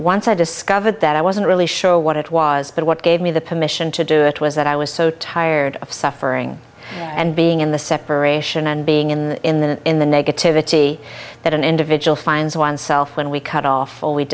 once i discovered that i wasn't really sure what it was but what gave me the permission to do it was that i was so tired of suffering and being in the separation and being in the in the in the negativity that an individual finds oneself when we cut off or we